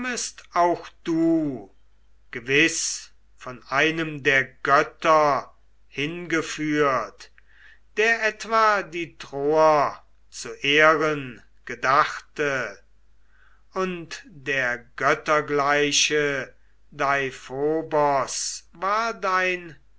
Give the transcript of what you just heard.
auch du gewiß von einem der götter hingeführt der etwa die troer zu ehren gedachte und der göttergleiche deiphobos war dein